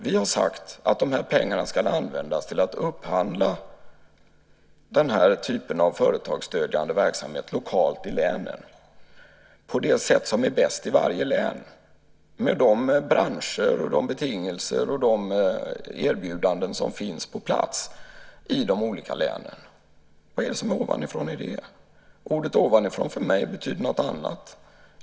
Vi har sagt att de här pengarna ska användas till att upphandla den här typen av företagsstödjande verksamhet lokalt i länen på det sätt som är bäst i varje län med tanke på de branscher, de betingelser och de erbjudanden som finns på plats i de olika länen. Vad är det som är "ovanifrån" i det? Ordet "ovanifrån" betyder för mig något annat.